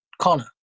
Connor